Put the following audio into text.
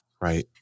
Right